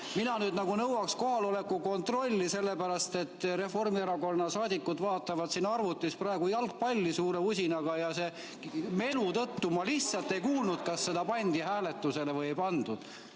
Mina nüüd nagu nõuaks kohaloleku kontrolli, sellepärast et Reformierakonna saadikud vaatavad siin praegu suure usinusega arvutis jalgpalli ja selle melu tõttu ma lihtsalt ei kuulnud, kas see pandi hääletusele või ei pandud.